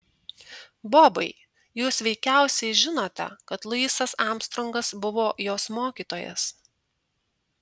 bobai jūs veikiausiai žinote kad luisas armstrongas buvo jos mokytojas